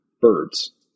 birds